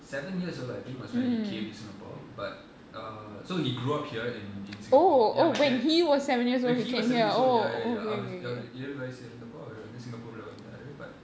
seven years old I think was when he came to singapore but err so he grew up here in in singapore ya my dad was when he was seven years old ya ya ya அவருஅவருஏழுவயசுஇருந்தப்ப:avaru yelu vayasu irundhappo singapore வந்தாரு:vandharu but